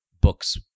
books